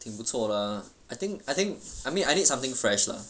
挺不错的 I think I think I mean I need something fresh lah